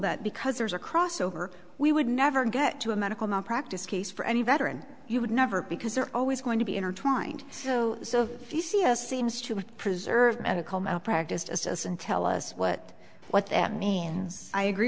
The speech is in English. that because there's a crossover we would never get to a medical malpractise case for any veteran you would never because they're always going to be intertwined so if you see a seems to preserve medical malpractise just us and tell us what what that means i agree